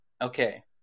Okay